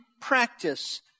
practice